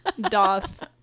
doth